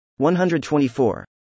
124